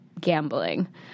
gambling